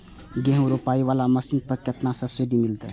गेहूं रोपाई वाला मशीन पर केतना सब्सिडी मिलते?